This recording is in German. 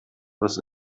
was